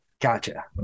Gotcha